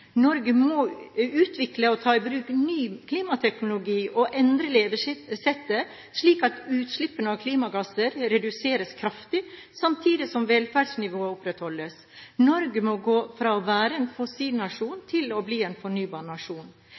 Norge må utvikle og ta i bruk ny klimateknologi og endre levesettet, slik at utslippene av klimagasser reduseres kraftig, samtidig som velferdsnivået opprettholdes. Norge må gå fra å være en fossilnasjon til å bli en